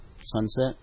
sunset